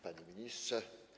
Panie Ministrze!